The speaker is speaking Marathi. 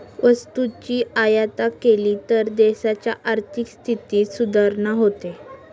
वस्तूची आयात केली तर देशाच्या आर्थिक स्थितीत सुधारणा होते